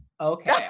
okay